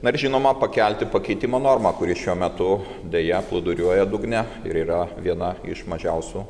na ir žinoma pakelti pakeitimo normą kuri šiuo metu deja plūduriuoja dugne ir yra viena iš mažiausių